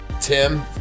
Tim